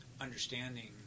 understanding